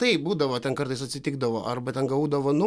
taip būdavo ten kartais atsitikdavo arba ten gavau dovanų